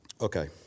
Okay